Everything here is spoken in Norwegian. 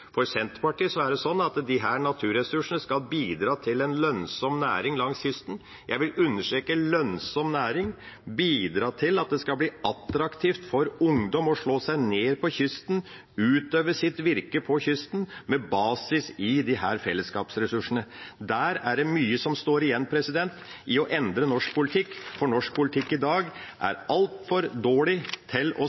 For Senterpartiet er det slik at disse naturressursene skal bidra til en lønnsom næring langs kysten, og jeg vil understreke «lønnsom næring», bidra til at det skal bli attraktivt for ungdom å slå seg ned på kysten og utøve sitt virke på kysten med basis i disse fellesskapsressursene. Der er det mye som står igjen i å endre norsk politikk, for norsk politikk i dag er altfor dårlig til